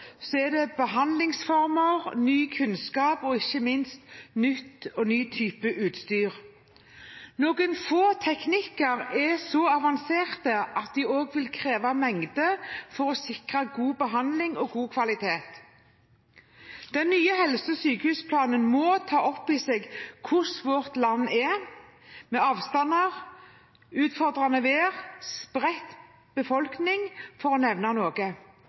så er det behandlingsformer, ny kunnskap og ikke minst nytt og ny type utstyr. Noen teknikker er så avanserte at de også vil kreve mengde for å sikre god behandling og god kvalitet. Den nye helse- og sykehusplanen må ta opp i seg hvordan landet vårt er, med avstander, utfordrende vær og spredt befolkning – for å nevne noe.